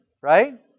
right